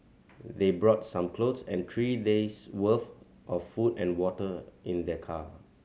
they brought some clothes and three days' worth of food and water in their car